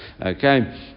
Okay